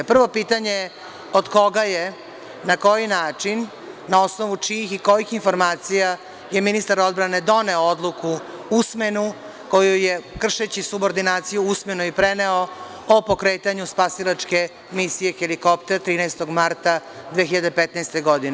Prvo pitanje – od koga je, na koji način, na osnovu čijih i kojih informacija je ministar odbrane doneo odluku usmenu koju je kršeći subordinaciju usmeno i preneo o pokretanju spasilačke misije „helikopter“ 13. marta 2015. godine?